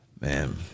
man